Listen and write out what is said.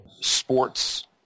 sports